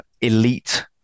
elite